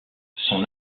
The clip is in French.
son